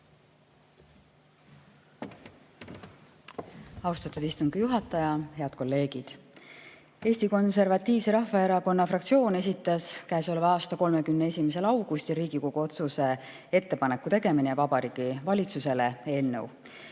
Austatud istungi juhataja! Head kolleegid! Eesti Konservatiivse Rahvaerakonna fraktsioon esitas käesoleva aasta 31. augustil Riigikogu otsuse "Ettepaneku tegemine Vabariigi Valitsusele" eelnõu.